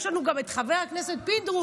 יש לנו גם את חבר הכנסת פינדרוס,